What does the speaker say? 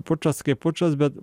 pučas kaip pučas bet